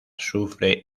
sufre